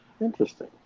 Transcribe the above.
interesting